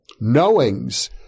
Knowings